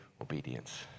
obedience